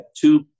two